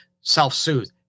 self-soothe